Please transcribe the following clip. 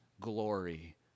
glory